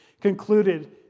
concluded